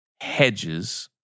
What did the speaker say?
hedges